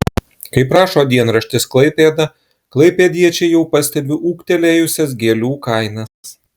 kaip rašo dienraštis klaipėda klaipėdiečiai jau pastebi ūgtelėjusias gėlių kainas